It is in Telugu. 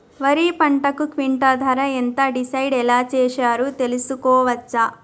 వరి పంటకు క్వింటా ధర ఎంత డిసైడ్ ఎలా చేశారు తెలుసుకోవచ్చా?